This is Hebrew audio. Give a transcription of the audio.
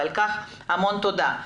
ועל כך המון תודה.